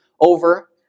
over